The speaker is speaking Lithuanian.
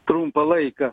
trumpą laiką